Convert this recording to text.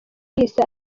yahise